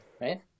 right